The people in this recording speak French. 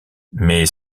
mais